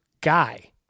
guy